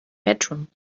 bedroom